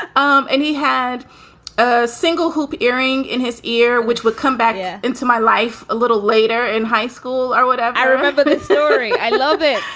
ah um and he had a single hoop earring in his ear which would come back into my life a little later in high school or whatever. i remember this story. i love it.